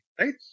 Right